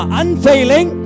unfailing